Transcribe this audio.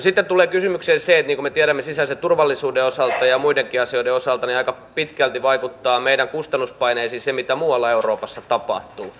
sitten tulee kysymykseen se niin kuin me tiedämme sisäisen turvallisuuden osalta ja muidenkin asioiden osalta että aika pitkälti vaikuttaa meidän kustannuspaineisiimme se mitä muualla euroopassa tapahtuu